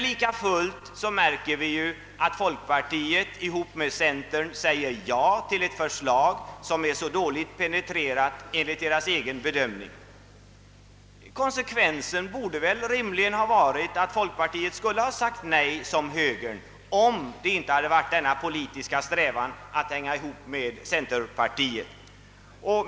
Likafullt säger folkpartiet tillsammans med centerpartiet Ja till ett förslag som — enligt deras egen bedömning — dåligt penetrerar förhållandena. Konsekvensen borde rimligen ha varit att folkpartiet i likhet med högern sagt Nej till förslaget, om inte denna politiska strävan att hänga ihop med centerpartiet funnits.